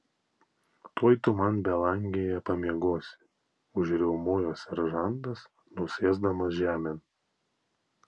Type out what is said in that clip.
tuoj tu man belangėje pamiegosi užriaumojo seržantas nusėsdamas žemėn